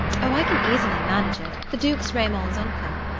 oh, i can easily manage it the duke's raymond's uncle.